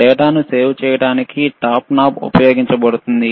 డేటాను సేవ్ చేయడానికి top knob ఉపయోగించబడుతుంది